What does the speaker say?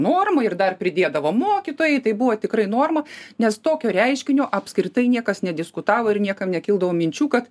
norma ir dar pridėdavo mokytojai tai buvo tikrai norma nes tokio reiškinio apskritai niekas nediskutavo ir niekam nekildavo minčių kad